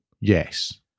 Yes